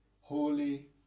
holy